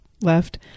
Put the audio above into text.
left